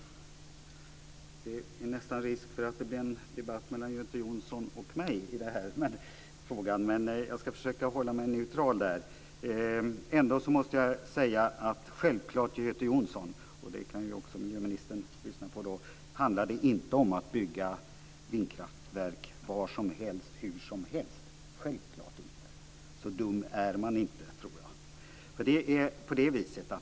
Herr talman! Det är nästan risk för att det blir en debatt mellan Göte Jonsson och mig i denna fråga, men jag ska försöka hålla mig neutral. Jag måste ändå säga till Göte Jonsson, vilket även miljöministern kan lyssna på, att det självklart inte handlar om att bygga vindkraftverk var som helst och hur som helst. Så dum är man inte, tror jag.